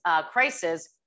crisis